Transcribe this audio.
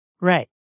Right